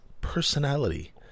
personality